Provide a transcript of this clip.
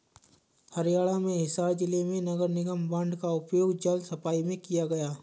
हरियाणा में हिसार जिले में नगर निगम बॉन्ड का उपयोग जल सफाई में किया गया